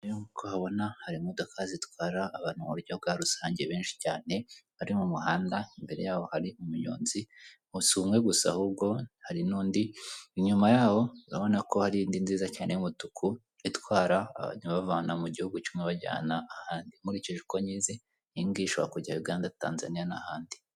Hano nkuko uhabona hari imodoka zitwara abantu muburyo bwa rusange benshi cyane bari mu muhanda, imbere yaho hari umunyonzi s'umwe gusa ahubwo hari n'undi. Inyuma yaho urabona ko hari indi nziza cyane y'umutuku itwara abantu ibavana mu gihugu kimwe ibajyana ahandi, nkurikije uko nyizi iyingiyi ishobora kujya y'Uganda, Tanzania ndetse n'ahandi.